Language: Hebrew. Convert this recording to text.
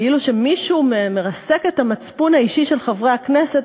כאילו מישהו מרסק את המצפון האישי של חברי הכנסת,